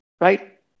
right